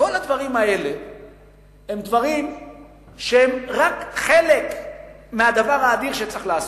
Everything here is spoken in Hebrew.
כל הדברים האלה הם רק חלק מהדבר האדיר שצריך לעשות.